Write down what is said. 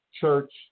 church